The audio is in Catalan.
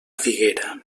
figuera